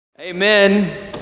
Amen